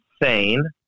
insane